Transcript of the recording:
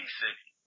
city